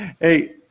Hey